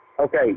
Okay